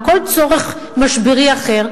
או כל צורך משברי אחר,